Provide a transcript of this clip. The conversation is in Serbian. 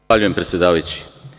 Zahvaljujem, predsedavajući.